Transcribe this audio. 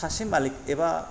सासे मालिक एबा